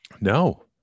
No